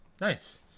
Nice